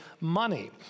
money